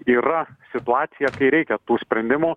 yra situacija kai reikia tų sprendimų